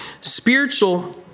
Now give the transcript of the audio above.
Spiritual